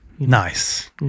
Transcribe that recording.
Nice